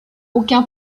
aucun